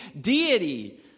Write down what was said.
deity